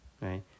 right